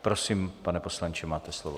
Prosím, pane poslanče, máte slovo.